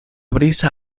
brisa